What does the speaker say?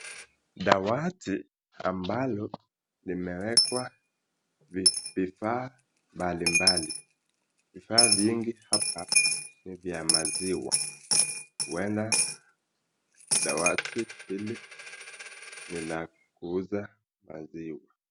Dawati ambayo limewekwa vifaa mbalimbali, vifaa vingi hapa ni vya maziwa. Huenda dawati hili ni la kuuza maziwa.